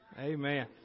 Amen